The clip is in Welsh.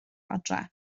adre